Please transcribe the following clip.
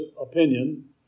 opinion